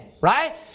right